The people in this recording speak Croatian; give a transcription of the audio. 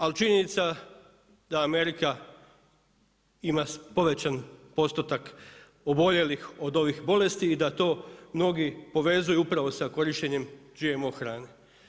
Ali činjenica da Amerika ima povećan postotak oboljelih od ovih bolesti i da to mnogi povezuju upravo sa korištenjem GMO hrane.